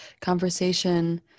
conversation